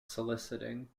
soliciting